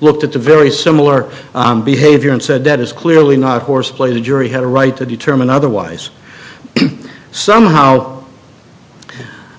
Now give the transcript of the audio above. looked at the very similar behavior and said that is clearly not horseplay the jury had a right to determine otherwise somehow